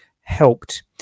helped